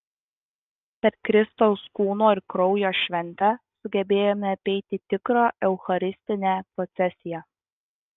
per kristaus kūno ir kraujo šventę sugebėjome apeiti tikrą eucharistinę procesiją